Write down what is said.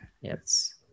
Yes